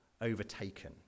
overtaken